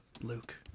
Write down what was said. Luke